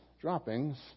droppings